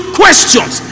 questions